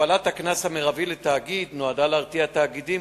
הכפלת הקנס המרבי לתאגיד נועדה להרתיע תאגידים